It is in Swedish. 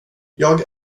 jag